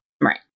Right